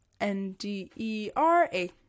N-D-E-R-A